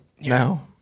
now